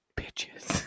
bitches